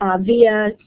via